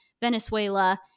Venezuela